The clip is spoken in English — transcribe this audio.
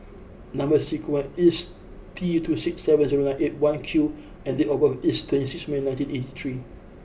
number sequence is T two six seven zero nine eight one Q and date of birth is twenty sixth May nineteen eighty three